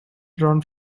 drawn